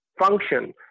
function